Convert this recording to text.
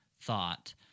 thought